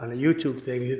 ah youtube thing.